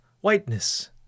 whiteness